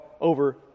over